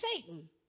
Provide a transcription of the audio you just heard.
Satan